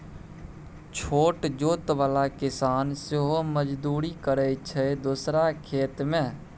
छोट जोत बला किसान सेहो मजदुरी करय छै दोसरा खेत मे